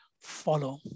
follow